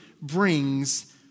brings